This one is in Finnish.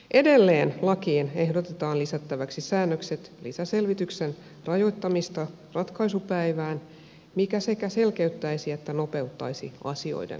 edelleen lakiin ehdotetaan lisättäväksi säännökset lisäselvityksen rajoittamisesta ratkaisupäivään mikä sekä selkeyttäisi että nopeuttaisi asioiden käsittelyä